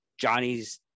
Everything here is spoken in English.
johnny's